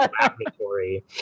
laboratory